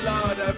Lord